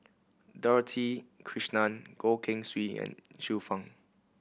Dorothy Krishnan Goh Keng Swee and Xiu Fang